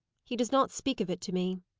he does not speak of it to me.